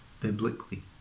biblically